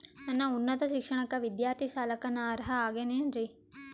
ನನ್ನ ಉನ್ನತ ಶಿಕ್ಷಣಕ್ಕ ವಿದ್ಯಾರ್ಥಿ ಸಾಲಕ್ಕ ನಾ ಅರ್ಹ ಆಗೇನೇನರಿ?